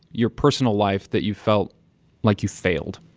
your personal life, that you felt like you failed?